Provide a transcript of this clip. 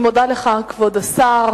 אני מודה לך, כבוד השר.